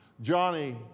Johnny